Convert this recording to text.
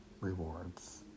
rewards